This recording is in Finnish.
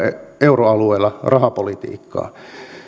euroalueella rahapolitiikkaa